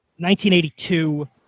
1982